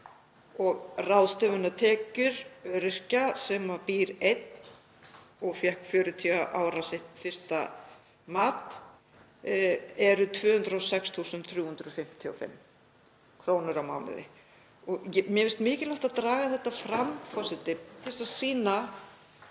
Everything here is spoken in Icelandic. Ráðstöfunartekjur öryrkja sem býr einn, og fékk 40 ára sitt fyrsta mat, eru 206.355 kr. á mánuði. Mér finnst mikilvægt að draga þetta fram, forseti, til þess að sýna